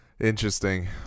Interesting